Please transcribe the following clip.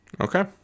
Okay